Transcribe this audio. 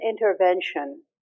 intervention